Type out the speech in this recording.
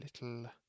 little